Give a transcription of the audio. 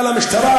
מפכ"ל המשטרה,